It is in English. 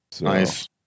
Nice